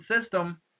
system